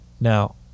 now